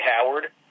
Howard